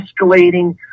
escalating